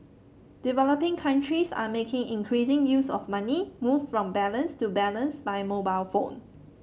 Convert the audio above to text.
developing countries are making increasing use of money moved from balance to balance by mobile phone